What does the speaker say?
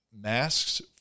masks